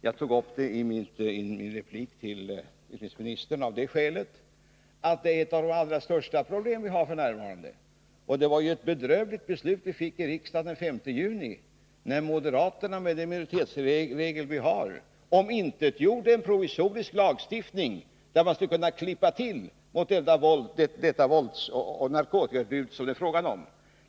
Jag tog upp detta i min replik till utbildningsministern av det skälet att det är ett av de allra största problem vi har f. n. Det var ju ett bedrövligt beslut som vi fick i riksdagen den 5 juni när moderaterna, med hjälp av den minoritetsregel vi har, omintetgjorde en provisorisk lagstiftning syftande till att man skulle kunna klippa till mot det våldsoch narkotikautbud som det är fråga om.